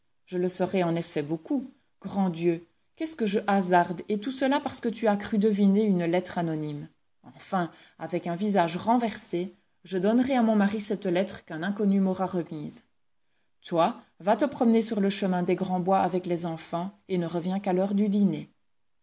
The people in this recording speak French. je le serai en effet beaucoup grand dieu qu'est-ce que je hasarde et tout cela parce que tu as cru deviner une lettre anonyme enfin avec un visage renversé je donnerai à mon mari cette lettre qu'un inconnu m'aura remise toi va te promener sur le chemin des grands bois avec les enfants et ne reviens qu'à l'heure du dîner